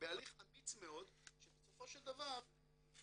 בהליך אמיץ מאוד שבסופו של דבר מביא